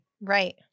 Right